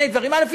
שני דברים: א.